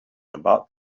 about